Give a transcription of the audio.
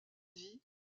vie